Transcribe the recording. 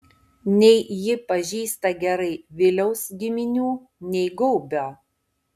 nei ji pažįsta gerai viliaus giminių nei gaubio